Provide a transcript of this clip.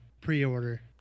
pre-order